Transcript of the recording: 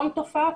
כל תופעה,